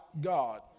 God